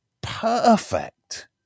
perfect